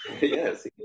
Yes